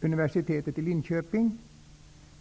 universitetet i Linköping.